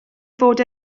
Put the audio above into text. fod